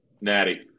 Natty